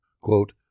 Quote